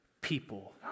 people